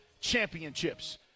championships